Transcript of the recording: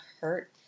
hurt